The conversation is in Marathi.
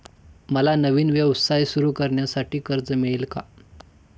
मला नवीन व्यवसाय सुरू करण्यासाठी कर्ज मिळेल का?